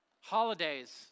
holidays